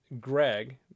greg